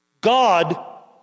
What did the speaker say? God